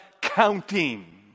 Counting